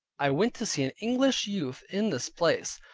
i went to see an english youth in this place,